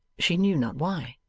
she knew not why.